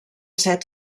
set